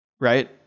right